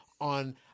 on